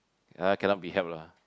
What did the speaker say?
uh cannot be helped lah